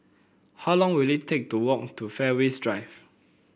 how long will it take to walk to Fairways Drive